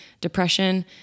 depression